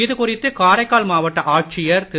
இதுகுறித்து காரைக்கால் மாவட்ட ஆட்சியர் திரு